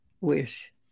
wish